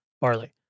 barley